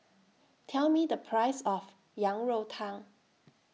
Tell Me The Price of Yang Rou Tang